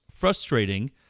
Frustrating